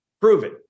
Proven